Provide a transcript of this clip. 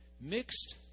Mixed